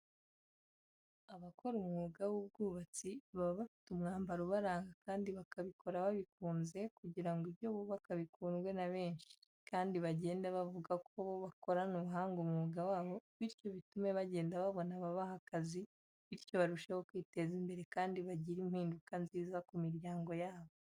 Abakora umwuga w'ubwubatsi baba bafite umwambaro urabaranga kandi bakabikora babikunze kugira ngo ibyo bubaka bikundwe na benshi, kandi bagende bavuga ko bo bakorana ubuhanga umwuga wabo bityo bitume bagenda babona ababaha akazi bityo barusheho kwiteza imbere kandi bagire impinduka nziza ku miryango yabo.